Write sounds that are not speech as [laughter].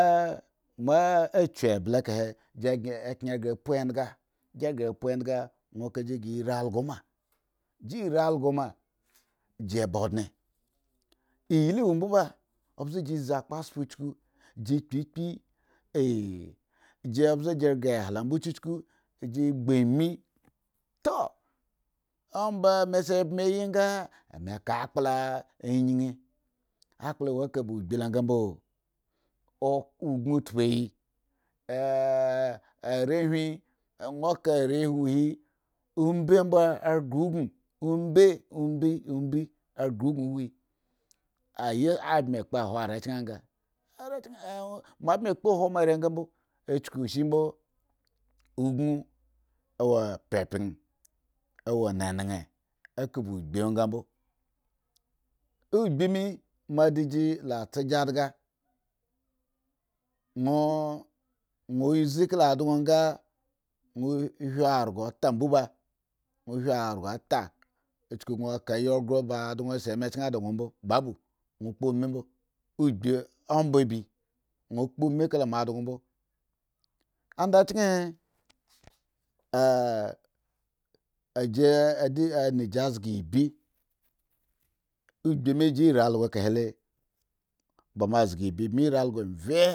[hesitation] moa chuembla ekahe ji ghre apo endgon won kaji ghre yari algo ma, jiri also ma ji bo odne, iyili wo mbo ba obze jizi akpatspe chuku ji kpikpi [unintelligible] ji ghre ehalaa chuchuku ji gbo amin tuu, amba me se mbiji anba ka akpla ayin, akpla wo eka ba ogbi lo anga mbo osun tpuyi [hesitation] woh ka arehwin won ka are uhuhi ombe mbo a ghre ogun, ombe ombe a ghre gun uhuhi aya abmi kpohwo are chen anga mo bmi kpo hwo mo are anga mbo chuku shimbo oguno wo pyapan awo nenen eka ba ogbi nsa mbo. ogbime mo adigi la tsa gi aaga wo zi kala adan nga won hwi arugu ta mbo ba won hwi arugu ta chuk gon ka ayi gro ba adan se me chen da won mbo ba bul won kpo umi mbougbi omba bi won kpomi kala me adan mbo. anda chahe ah aji adaji aniji zga ibii ogbi mi jiri algo ekahebamo zga ibii ri also ghwo vye ayya.